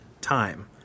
time